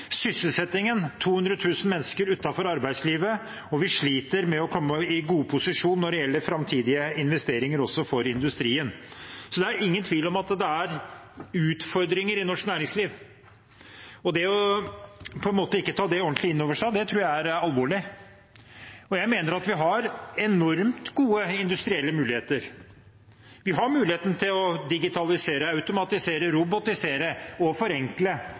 Sysselsettingen: Det er 200 000 mennesker utenfor arbeidslivet. Vi sliter med å komme i god posisjon når det gjelder framtidige investeringer også for industrien. Det er ingen tvil om at det er utfordringer i norsk næringsliv. Ikke å ta det ordentlig inn over seg, tror jeg er alvorlig. Jeg mener at vi har enormt gode industrielle muligheter. Vi har muligheten til å digitalisere, automatisere, robotisere og forenkle